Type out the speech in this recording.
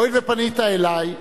הואיל ופנית אלי,